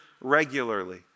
regularly